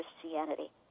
Christianity